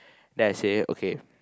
then I say okay